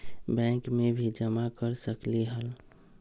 Bank में भी जमा कर सकलीहल?